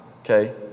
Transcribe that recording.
okay